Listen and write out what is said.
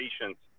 patients